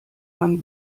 man